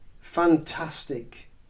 fantastic